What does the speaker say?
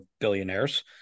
billionaires